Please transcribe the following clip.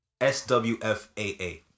SWFAA